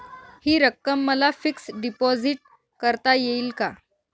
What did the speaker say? हि रक्कम मला फिक्स डिपॉझिट करता येईल का?